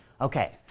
Okay